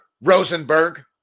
Rosenberg